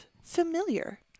familiar